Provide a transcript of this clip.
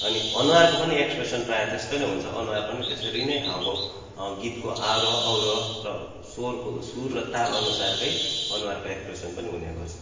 अनि अनुहारको पनि एक्सप्रेसन प्रायः त्यस्तै नै हुन्छ अनुहार पनि त्यसरी नै हावभाव गीतको आरोह अवरोह र स्वरको सुर र तालअनुसारकै अनुहारको एक्सप्रेसन पनि हुने गर्छ